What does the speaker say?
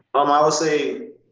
um i will say,